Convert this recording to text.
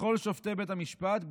לכל שופטי בית המשפט,